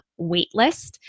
waitlist